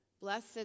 Blessed